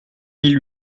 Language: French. mille